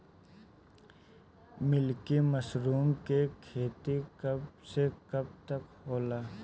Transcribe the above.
Milky mushroom के खेती कब से कब तक होला?